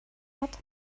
hat